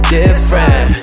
different